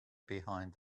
behind